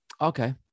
Okay